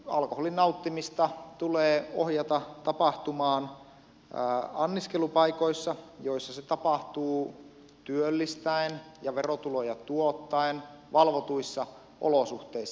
alkoholin nauttimista tulee ohjata tapahtumaan anniskelupaikoissa joissa se tapahtuu työllistäen ja verotuloja tuottaen valvotuissa olosuhteissa